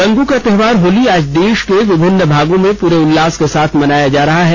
रंगों का त्योहार होली आज देश के विभिन्न भागों में पूरे उल्लास के साथ मनाया जा रहा है